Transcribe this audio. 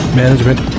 management